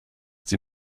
die